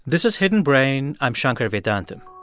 this is hidden brain. i'm shankar vedantam